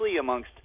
amongst